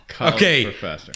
Okay